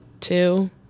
two